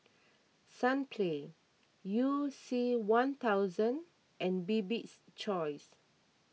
Sunplay You C one thousand and Bibik's Choice